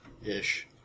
Ish